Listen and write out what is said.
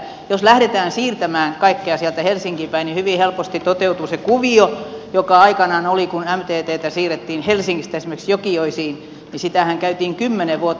jos lähdetään siirtämään kaikkea sieltä helsinkiin päin niin hyvin helposti toteutuu se kuvio joka aikanaan oli kun mtttä siirrettiin helsingistä esimerkiksi jokioisiin sitä kisaahan käytiin kymmenen vuotta